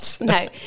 No